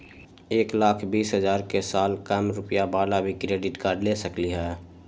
एक लाख बीस हजार के साल कम रुपयावाला भी क्रेडिट कार्ड ले सकली ह?